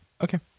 Okay